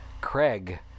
Craig